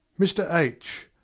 mr. h.